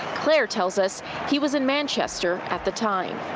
claire tells us he was in manchester at the time.